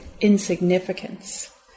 insignificance